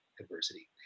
adversity